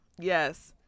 Yes